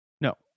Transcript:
No